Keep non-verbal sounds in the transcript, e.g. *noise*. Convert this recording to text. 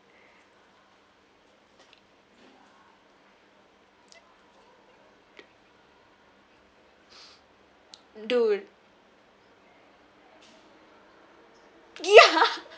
dude yeah *laughs*